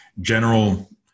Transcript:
general